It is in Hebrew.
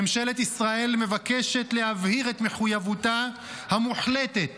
ממשלת ישראל מבקשת להבהיר את מחויבותה המוחלטת